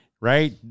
right